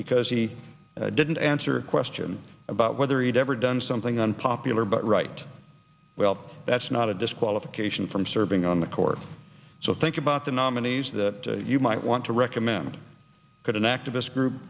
because he didn't answer a question about whether he'd ever done something unpopular but right well that's not a disqualification from serving on the court so think about the nominees that you might want to recommend could an activist group